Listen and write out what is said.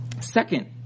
Second